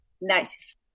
Nice